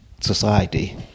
society